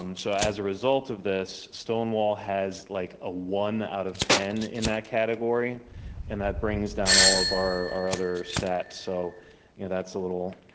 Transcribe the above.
um so as a result of this stonewall has like a one out of ten in that category and that brings down all of our other stats so you know that's a little